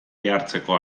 jartzeko